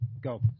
Go